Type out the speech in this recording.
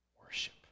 worship